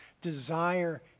desire